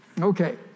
Okay